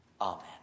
Amen